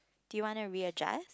do you wanna readjust